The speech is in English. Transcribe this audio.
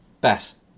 Best